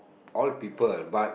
all people but